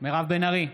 מירב בן ארי,